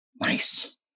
Nice